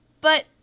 But-